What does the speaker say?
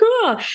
cool